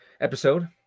episode